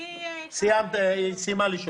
אני --- היא סיימה לשאול.